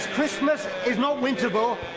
christmas is not winterval,